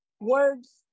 words